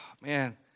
Man